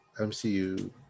MCU